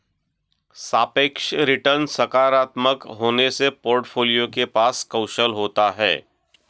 सापेक्ष रिटर्न सकारात्मक होने से पोर्टफोलियो के पास कौशल होता है